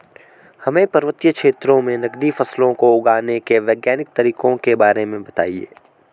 हमें पर्वतीय क्षेत्रों में नगदी फसलों को उगाने के वैज्ञानिक तरीकों के बारे में बताइये?